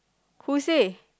who say